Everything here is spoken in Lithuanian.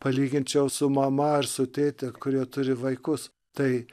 palyginčiau su mama ar su tėte kurie turi vaikus tai